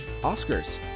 Oscars